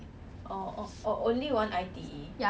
so like the better ones will be in a team I think